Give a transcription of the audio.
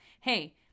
hey